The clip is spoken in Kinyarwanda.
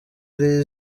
iri